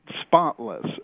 spotless